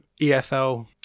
EFL